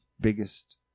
Biggest